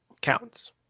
counts